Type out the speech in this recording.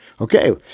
Okay